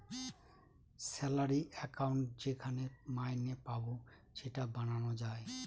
salary account যেখানে মাইনে পাবো সেটা বানানো যায়